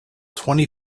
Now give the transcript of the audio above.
twenty